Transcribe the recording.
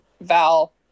Val